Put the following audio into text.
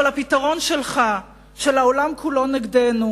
אבל הפתרון שלך, של העולם כולו נגדנו